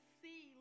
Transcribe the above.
see